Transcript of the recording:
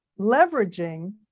leveraging